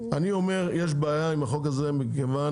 אני אומר: יש בעיה עם החוק הזה מכיוון